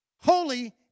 Holy